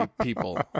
people